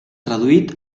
traduït